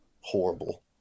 horrible